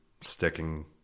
sticking